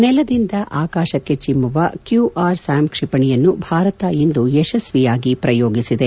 ನೆಲದಿಂದ ಆಕಾಶಕ್ಷೆ ಚಿಮ್ನುವ ಕ್ಕೂ ಆರ್ ಸ್ವಾಮ್ ಕ್ಷಿಪಣಿಯನ್ನು ಭಾರತ ಇಂದು ಯಶಸ್ವಿಯಾಗಿ ಪ್ರಯೋಗಿಸಿದೆ